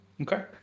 okay